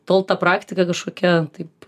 tol ta praktika kažkokia taip